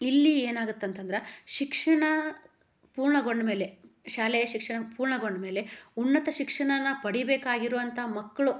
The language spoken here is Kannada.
ಇಲ್ಲಿ ಏನಗಾತ್ತೆ ಅಂತಂದ್ರೆ ಶಿಕ್ಷಣ ಪೂರ್ಣಗೊಂಡಮೇಲೆ ಶಾಲೆಯ ಶಿಕ್ಷಣ ಪೂರ್ಣಗೊಂಡಮೇಲೆ ಉನ್ನತ ಶಿಕ್ಷಣನ ಪಡಿಬೇಕಾಗಿರೋವಂಥ ಮಕ್ಕಳ